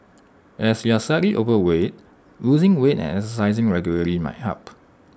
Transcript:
as you are slightly overweight losing weight and exercising regularly might help